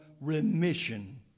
remission